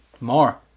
More